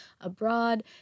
abroad